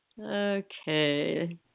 okay